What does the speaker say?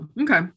okay